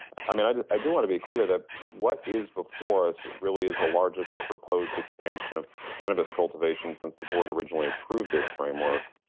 i mean i i do wanna be clear that what is before us really is the largest proposed expansion of cannabis cultivation since the board originally approved this framework.